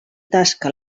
tasca